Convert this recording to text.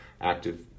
active